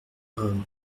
hommes